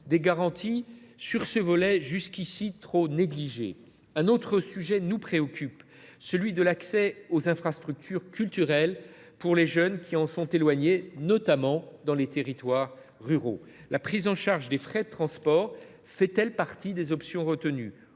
des garanties sur ce volet jusqu’ici trop négligé. Un autre sujet nous préoccupe : l’accès aux infrastructures culturelles pour les jeunes qui en sont éloignés, notamment dans les territoires ruraux. La prise en charge des frais de transport fait elle partie des options retenues,